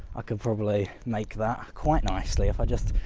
ah could probably make that quite nicely, if i just.